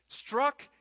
Struck